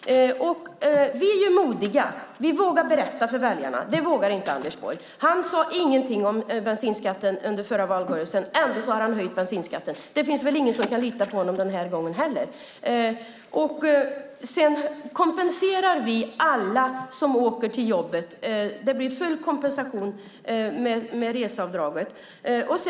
Vi är modiga. Vi vågar berätta för väljarna. Det vågar inte Anders Borg. Han sade ingenting om bensinskatten under förra valrörelsen. Ändå har han höjt bensinskatten. Det finns väl ingen som kan lita på honom den här gången heller? Vi kompenserar alla som åker till jobbet. Det blir full kompensation med reseavdraget.